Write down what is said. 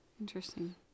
interesting